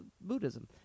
Buddhism